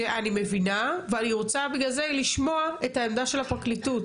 אני מבינה ואני רוצה בגלל זה לשמוע את העמדה של הפרקליטות.